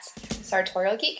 sartorialgeek